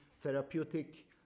therapeutic